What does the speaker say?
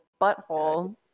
butthole